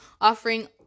offering